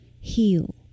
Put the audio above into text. heal